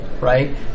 right